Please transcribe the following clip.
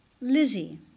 Lizzie